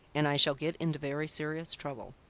and i shall get into very serious trouble.